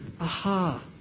aha